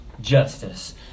justice